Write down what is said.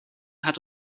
hat